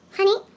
Honey